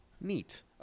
Neat